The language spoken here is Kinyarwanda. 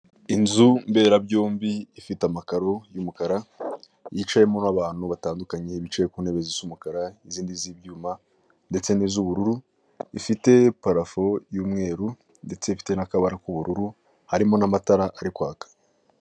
Inzu mbera byombi ifite amakaro y'umukara yicayemo abantu batandukanye bicaye ku ntebe zisa umukara n'izindi z'ibyuma ndetse n'iz'ubururu, ifite parafo y'umweru ndetse ifite n'akabara k'ubururu harimo n'amatara ari kwak.